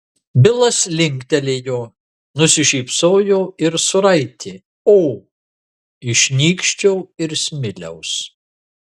bilas linktelėjo nusišypsojo ir suraitė o iš nykščio ir smiliaus